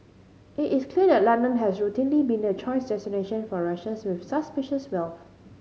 it is clear that London has routinely been the choice destination for Russians with suspicious wealth